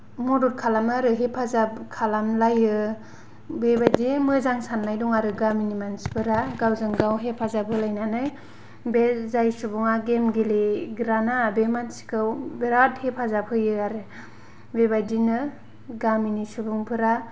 मदद खालामो आरो हेफाजाब खालामलायो बेबायदि मोजां सान्नाय दं आरो गामिनि मानसिफोरा गावजों गाव हेफाजाब होलायनानै बे जाय सुबुंआ गेम गेलेग्राना बे मानसिखौ बेराद हेफाजाब होयो आरो बेबायदिनो गामिनि सुबुंफोरा